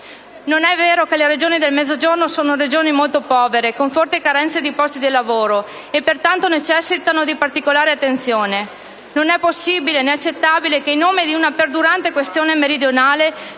Non è vero che le Regioni del Mezzogiorno sono molto povere, con forti carenze di posti di lavoro e pertanto necessitano di particolare attenzione. Non è possibile né accettabile che, in nome di una perdurante questione meridionale,